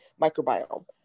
microbiome